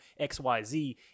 xyz